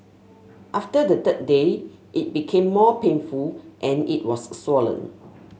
after the third day it became more painful and it was swollen